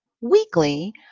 Weekly